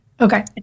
Okay